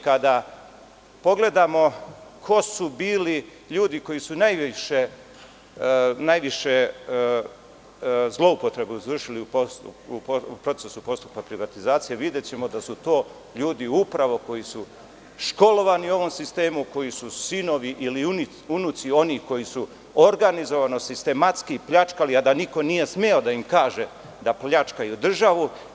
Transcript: Kada pogledamo ko su bili ljudi koji su najviše zloupotreba izvršili u procesu postupka privatizacije, videćemo da su to ljudi upravo koji su školovani u ovom sistemu, koji su sinovi ili unuci onih koji su organizovano, sistematski pljačkali a da niko nije smeo da im kaže da pljačkaju državu.